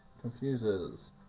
confuses